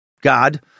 God